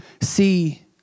see